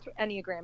Enneagram